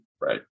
Right